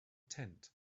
tent